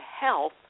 Health